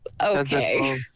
Okay